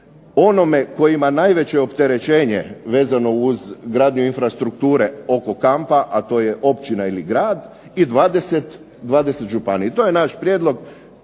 onome koji ima najveće opterećenje vezano uz gradnju infrastrukture oko kampa, a to je općina ili grad i 20 županija. I to je naš prijedlog.